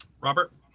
Robert